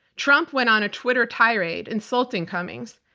trump went on a twitter tirade insulting cummings.